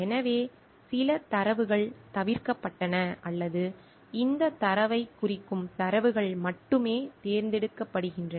எனவே சில தரவுகள் தவிர்க்கப்பட்டன அல்லது இந்தத் தரவைக் குறிக்கும் தரவுகள் மட்டுமே தேர்ந்தெடுக்கப்படுகின்றன